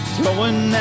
Throwing